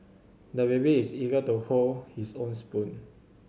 the baby is eager to hold his own spoon